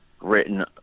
written